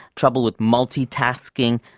trouble with multitasking,